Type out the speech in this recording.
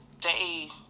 day